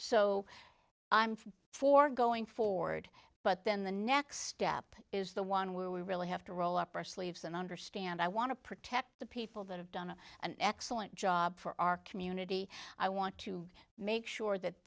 so i'm for going forward but then the next step is the one where we really have to roll up our sleeves and understand i want to protect the people that have done an excellent job for our community i want to make sure that